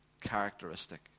characteristic